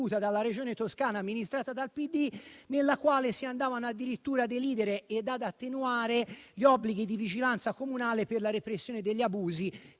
dalla Regione Toscana amministrata dal PD, nella quale si andavano addirittura ad elidere e ad attenuare gli obblighi di vigilanza comunale per la repressione degli abusi